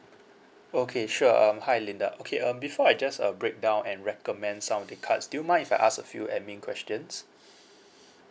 okay sure um hi linda okay um before I just uh break down and recommend some of the cards do you mind if I ask a few admin questions